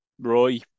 Roy